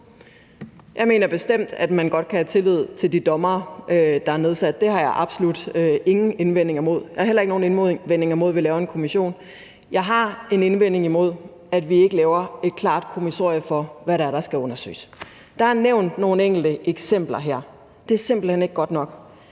mener bestemt, at man godt kan have tillid til de dommere, der er i den nedsatte kommission. Det har jeg absolut ingen indvendinger imod. Jeg har heller ikke nogen indvendinger imod, at vi laver en kommission. Jeg har en indvending imod, at vi ikke laver et klart kommissorium for, hvad det er, der skal undersøges. Der er nævnt nogle enkelte eksempler her. Det er simpelt hen ikke godt nok.